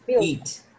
Eat